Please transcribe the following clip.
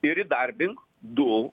ir įdarbink du